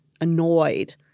annoyed